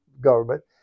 government